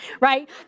Right